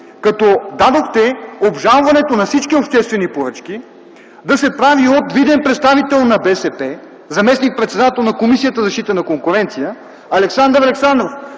като дадохте обжалването на всички обществени поръчки да се прави от виден представител на БСП – заместник-председател на Комисията за защита на конкуренцията Александър Александров?